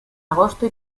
agosto